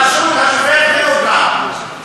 בראשות השופט וינוגרד.